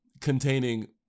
containing